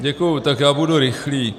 Děkuju, tak já budu rychlý.